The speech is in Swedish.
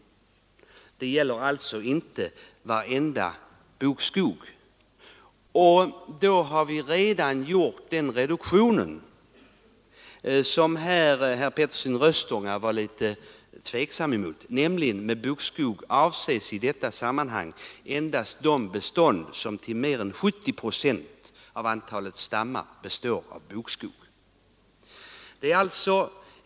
Förslaget gäller alltså inte varje bokskog. Och då har vi gjort den reduktionen — som herr Petersson i Röstånga var litet tveksam om — att med bokskog skall i detta sammanhang avses endast de bestånd som till mer än 70 procent av antalet stammar består av bokskog.